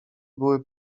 były